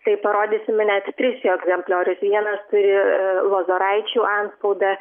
tai parodysime net tris jo egzempliorius vienas turi lozoraičių antspaudą